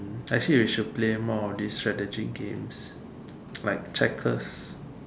I see we should play more of these strategy games like trackers